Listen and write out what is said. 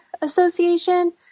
association